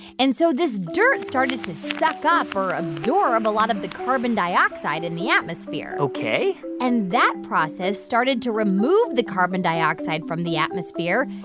and so this dirt started to suck up or absorb a lot of the carbon dioxide in the atmosphere ok and that process started to remove the carbon dioxide from the atmosphere.